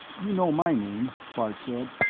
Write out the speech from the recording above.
you know my name, bart said,